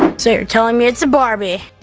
so you're telling me it's a barbie.